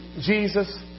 Jesus